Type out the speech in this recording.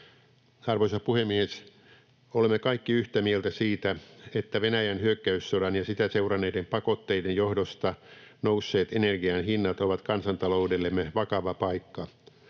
Arvoisa puhemies! Olemme kaikki yhtä mieltä siitä, että Venäjän hyökkäyssodan ja sitä seuranneiden pakotteiden johdosta nousseet energian hinnat ovat kansantaloudellemme vakava paikka.